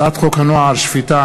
הצעת חוק הנוער (שפיטה,